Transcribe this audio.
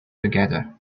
together